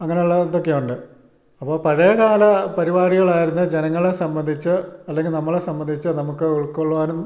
അങ്ങനെയുള്ള ഇതൊക്കെ ഉണ്ട് അപ്പോൾ പഴയ കാല പരിപാടികളായിരുന്നു ജനങ്ങളെ സംബന്ധിച്ചു അല്ലെങ്കിൽ നമ്മളെ സംബന്ധിച്ചു നമുക്ക് ഉൾക്കൊള്ളുവാനും